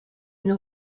une